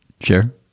Sure